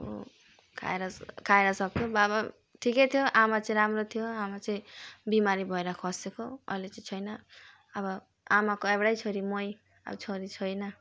अब खाएर खाएर सबथोक बाबा ठिकै थियो आमाचाहिँ राम्रो थियो आमाचाहिँ बिमारी भएर खसेको अहिले चाहिँ छैन अब आमाको एउटै छोरी मै अब छोरी छैन